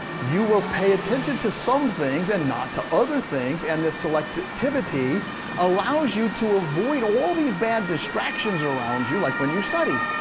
you will pay attention to some things and not to other things, and this selectivity allows you to avoid all the bad distractions around you, like when you study.